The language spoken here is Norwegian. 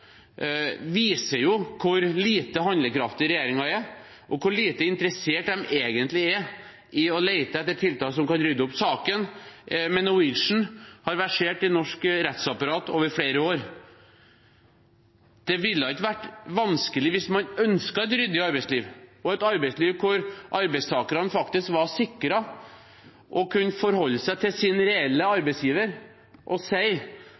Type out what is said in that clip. viser hvor lite handlekraftig regjeringen er, og hvor lite interessert de egentlig er i å lete etter tiltak som kan rydde opp. Saken med Norwegian har versert i norsk rettsapparat over flere år. Det ville ikke vært vanskelig – hvis man ønsket et ryddig arbeidsliv og et arbeidsliv hvor arbeidstakerne faktisk var sikret å kunne forholde seg til sin reelle